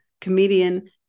comedian